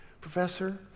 Professor